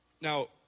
Now